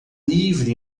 livre